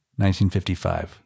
1955